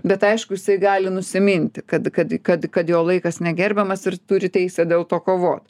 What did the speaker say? bet aišku jisai gali nusiminti kad kad kad kad jo laikas negerbiamas ir turi teisę dėl to kovot